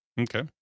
Okay